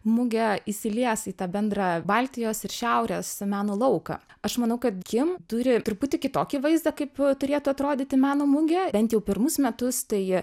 mugė įsilies į tą bendrą baltijos ir šiaurės meno lauką aš manau kad kim turi truputį kitokį vaizdą kaip turėtų atrodyti meno mugė bent jau pirmus metus tai